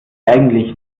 eigentlich